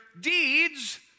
deeds